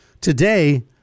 Today